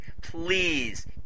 please